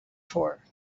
for